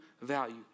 value